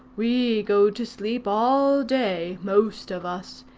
we go to sleep all day, most of us,